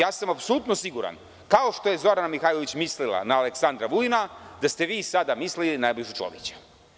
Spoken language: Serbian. Apsolutno sam siguran, kao što je Zorana Mihajlović mislila na Aleksandra Vulina da ste vi sada mislili na Nebojšu Čovića.